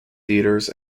theaters